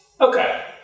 Okay